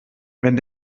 wenn